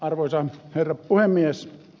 arvoisa herra puhemies